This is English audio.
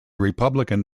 republican